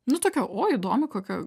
nu tokia o įdomi kokia